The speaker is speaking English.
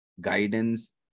guidance